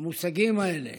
המושגים האלה,